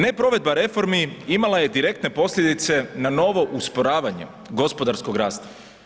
Neprovedba reformi imala je direktne posljedice na novo usporavanje gospodarskog rasta.